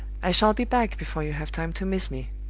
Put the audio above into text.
i shall be back before you have time to miss me.